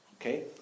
Okay